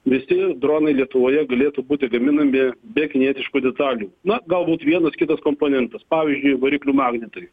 visi dronai lietuvoje galėtų būti gaminami be kinietiškų detalių na galbūt vienas kitas komponentas pavyzdžiui variklių magnetai